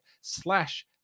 slash